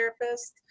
therapist